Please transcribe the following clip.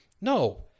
No